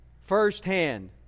firsthand